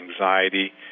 anxiety